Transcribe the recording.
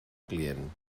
client